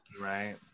right